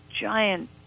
giant